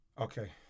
okay